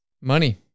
Money